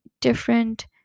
different